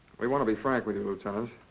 we want to be frank with you, lieutenant.